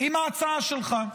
עם ההצעה שלך,